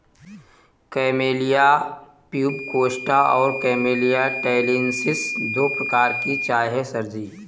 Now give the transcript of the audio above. camellia pubicosta और camellia taliensis दो प्रकार की चाय है सर जी